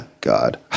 God